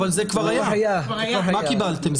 אבל זה כבר היה, מה קיבלתם?